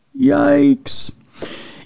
Yikes